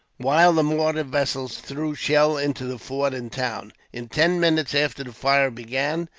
while the mortar vessels threw shell into the fort and town. in ten minutes after the fire began,